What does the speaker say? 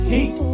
Heat